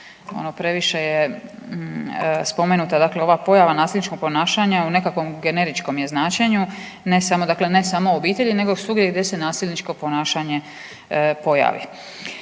previše je spomenuta dakle ova pojava nasilničkog ponašanja u nekakvom generičkom je značenju ne samo obitelji, nego svugdje gdje se nasilničko ponašanje pojavi.